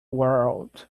world